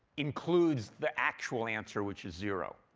includes the actual answer, which is zero.